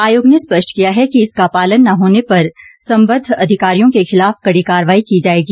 आयोग ने स्पष्ट किया है कि इसका पालन न होने पर संबद्ध अधिकारियों के खिलाफ कड़ी कार्रवाई की जाएगी